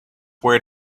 world